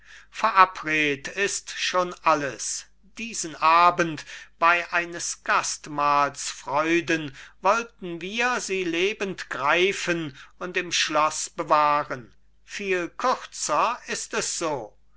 verabredt ist schon alles diesen abend bei eines gastmahls freuden wollten wir sie lebend greifen und im schloß bewahren viel kürzer ist es so